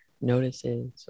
notices